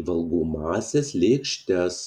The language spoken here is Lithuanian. į valgomąsias lėkštes